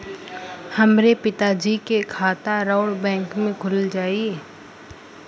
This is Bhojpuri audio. हमरे पिता जी के खाता राउर बैंक में खुल जाई?